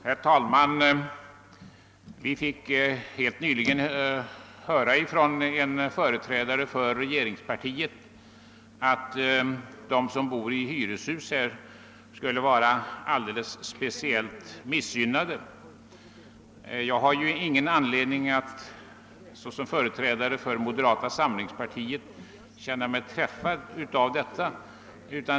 Herr talman! Vi fick nyss höra av en företrädare för regeringspartiet, att de som bor i hyreshus skulle vara alldeles speciellt missgynnade. Jag har ju ingen anledning att såsom representant för moderata samlingspartiet känna mig träffad av detta.